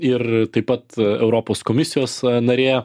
ir taip pat europos komisijos narė